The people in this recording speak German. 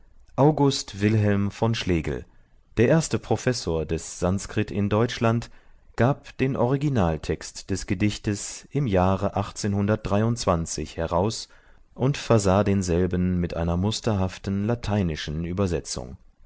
august wilhelm von schlegel der erste professor des sanskrit in deutschland gab den originaltext des gedichtes im jahre heraus und versah denselben mit einer musterhaften lateinischen übersetzung